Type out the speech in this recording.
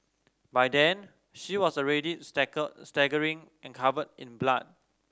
by then she was already staggering and covered in blood